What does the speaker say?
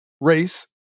race